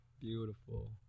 Beautiful